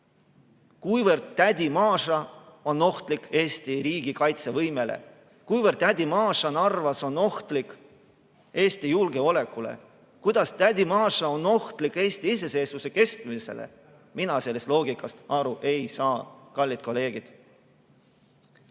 Kuivõrd tädi Maša on ohtlik Eesti riigi kaitsevõimele? Kuivõrd tädi Maša Narvas on ohtlik Eesti julgeolekule? Kuidas tädi Maša on ohtlik Eesti iseseisvuse kestmisele? Mina sellest loogikast aru ei saa, kallid kolleegid.